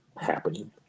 happening